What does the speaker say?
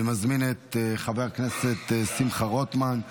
אני מזמין את חבר הכנסת שמחה רוטמן,